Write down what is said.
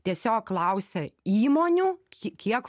tiesiog klausia įmonių ki kiek